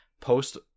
post